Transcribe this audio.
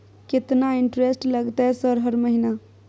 केतना इंटेरेस्ट लगतै सर हर महीना?